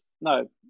no